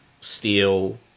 Steel